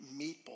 meatball